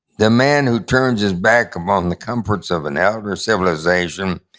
the man who turns his back upon the comforts of an elder civilization,